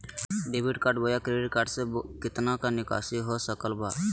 Debit बोया credit card से कितना का निकासी हो सकल बा?